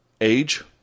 age